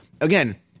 again